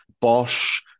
Bosch